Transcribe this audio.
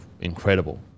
incredible